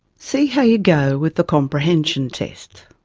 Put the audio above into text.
see how you go with the comprehension test.